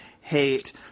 hate